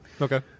Okay